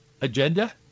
agenda